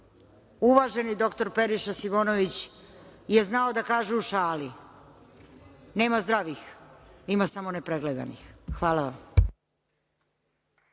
uvaženi dr Periša Simonović je znao da kaže u šali – nema zdravih, ima samo ne pregledanih. Hvala vam.